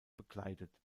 bekleidet